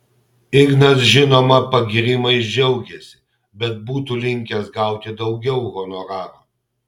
ignas žinoma pagyrimais džiaugėsi bet būtų linkęs gauti daugiau honoraro